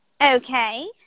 Okay